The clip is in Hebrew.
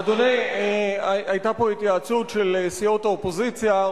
אדוני, היתה פה התייעצות של סיעות האופוזיציה.